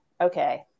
okay